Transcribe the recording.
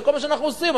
זה כל מה שאנחנו עושים.